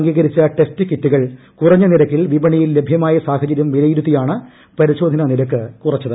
അംഗീകരിച്ച ടെസ്റ്റ് കിറ്റുകൾ കുറഞ്ഞ നിരക്കിൽ വിപണിയിൽ ലഭ്യമായ സാഹചരൃം വിലയിരുത്തിയാണ് പരിശോധനാ നിരക്ക് കുറച്ചത്